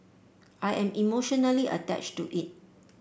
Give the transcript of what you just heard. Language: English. I am emotionally attached to it